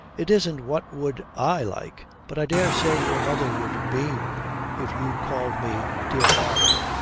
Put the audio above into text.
it isn't what would i like. but i daresay your mother would beam if you called me dear father